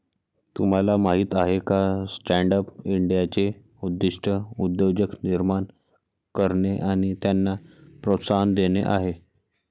तुम्हाला माहीत आहे का स्टँडअप इंडियाचे उद्दिष्ट उद्योजक निर्माण करणे आणि त्यांना प्रोत्साहन देणे आहे